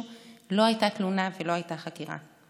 אך לא הייתה תלונה ולא הייתה חקירה.